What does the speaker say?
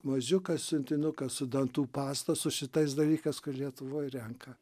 mažiuką siuntinuką su dantų pasta su šitais dalykais kur lietuvoj renka